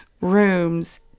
rooms